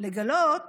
לגלות